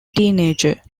teenager